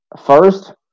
First